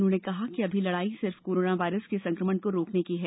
उन्होंने कहा है कि अभी लड़ाई सिर्फ कोरोना वायरस के संक्रमण को रोकने की है